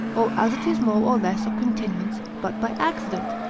or as it is more or less of continuance but by accident,